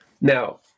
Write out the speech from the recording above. Now